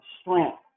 strength